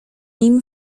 nim